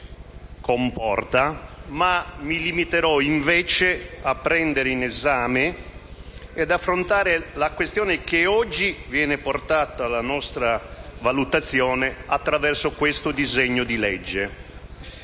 comporta, ma mi limiterò, invece, a prendere in esame ed affrontare la questione che oggi viene portata alla nostra valutazione attraverso questo disegno di legge,